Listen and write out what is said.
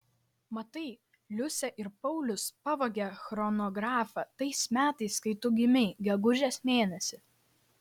matai liusė ir paulius pavogė chronografą tais metais kai tu gimei gegužės mėnesį